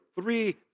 three